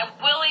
Willie